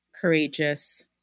courageous